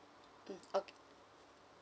mm okay